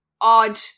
odd